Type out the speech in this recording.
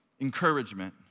Encouragement